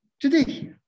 Today